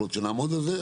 יכול להיות שנעמוד על זה,